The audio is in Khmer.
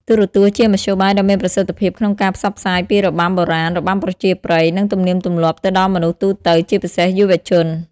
ទូរទស្សន៍ជាមធ្យោបាយដ៏មានប្រសិទ្ធភាពក្នុងការផ្សព្វផ្សាយពីរបាំបុរាណ របាំប្រជាប្រិយ និងទំនៀមទម្លាប់ទៅដល់មនុស្សទូទៅ ជាពិសេសយុវជន។